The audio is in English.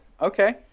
Okay